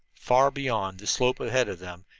far beyond the slope ahead of them,